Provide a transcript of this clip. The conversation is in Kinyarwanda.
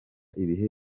ibihe